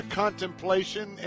contemplation